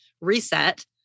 reset